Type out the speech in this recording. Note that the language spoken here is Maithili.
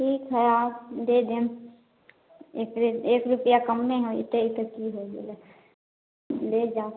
ठीक हय आउ दे देम एक रूपआ कमे होय गेलै तऽ की होय गेलै ले जाउ